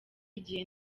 igihe